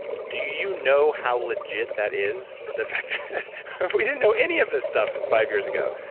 do you know how legit that is, the fact that we didn't know any of this stuff five years ago,